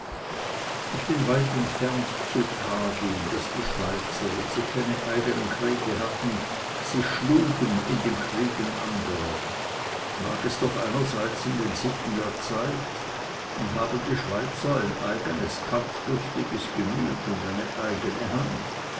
ich bin weit entfernt zu tadeln daß die schweizer wenn sie keine eigenen kriege hatten sich schlugen in den kriegen anderer lag es doch einerseits in den sitten der zeit und haben die schweizer ein eigenes kampflustiges gemüt und eine eigene hand